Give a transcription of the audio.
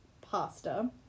pasta